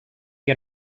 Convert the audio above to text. get